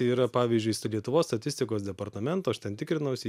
yra pavyzdžiui su lietuvos statistikos departamentu aš ten tikrinausi